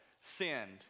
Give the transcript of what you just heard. sinned